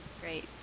Great